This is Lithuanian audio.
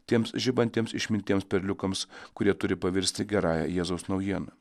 tiems žibantiems išminties perliukams kurie turi pavirsti gerąja jėzaus naujiena